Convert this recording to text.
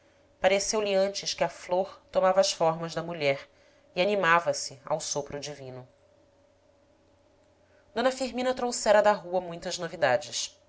pareceu-lhe antes que a flor tomava as formas da mulher e animava se ao sopro divino d firmina trouxera da rua muitas novidades